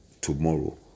tomorrow